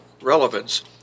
relevance